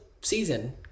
season